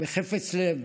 בחפץ לב,